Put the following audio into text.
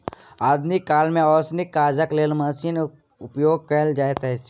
आधुनिक काल मे ओसौनीक काजक लेल मशीनक उपयोग कयल जाइत अछि